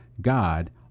God